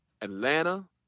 Atlanta